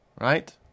right